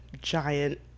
giant